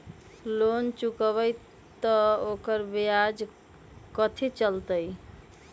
Loan चुकबई त ओकर ब्याज कथि चलतई?